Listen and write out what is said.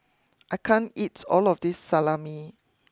I can't eat all of this Salami